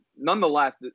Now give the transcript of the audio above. nonetheless